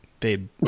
babe